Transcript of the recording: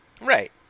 Right